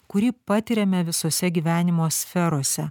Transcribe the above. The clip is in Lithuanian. kurį patiriame visose gyvenimo sferose